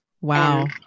Wow